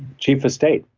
chief of state,